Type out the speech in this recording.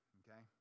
okay